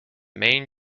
main